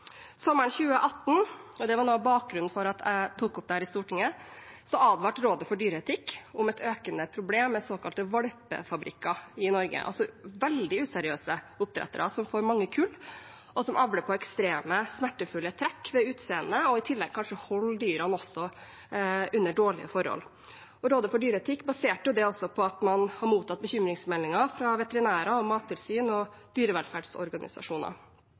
Sommeren 2018 – og dette var noe av bakgrunnen for at jeg tok opp dette i Stortinget – advarte Rådet for dyreetikk om et økende problem med såkalte valpefabrikker i Norge, altså veldig useriøse oppdrettere som får mange kull, og som avler på ekstreme, smertefulle trekk ved utseende og i tillegg kanskje også holder dyrene under dårlige forhold. Rådet for dyreetikk baserte dette også på at man hadde mottatt bekymringsmeldinger fra veterinærer, Mattilsynet og dyrevelferdsorganisasjoner.